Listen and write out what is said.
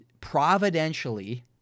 providentially